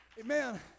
Amen